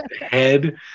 head